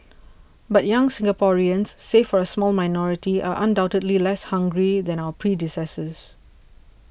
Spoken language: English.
but young Singaporeans save for a small minority are undoubtedly less hungry than our predecessors